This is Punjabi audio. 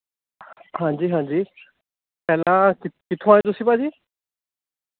ਹਾਂਜੀ ਹਾਂਜੀ ਪਹਿਲਾਂ ਕਿੱਥੋਂ ਆਏ ਤੁਸੀਂ ਭਾਜੀ